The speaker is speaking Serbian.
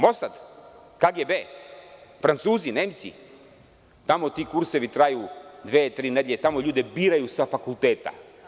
MOSAD, KGB, Francuzi, Nemci, jer tamo ti kursevi traju dve ili tri nedelje i tamo ljude biraju sa fakulteta.